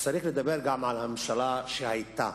שצריך לדבר גם על הממשלה שהיתה.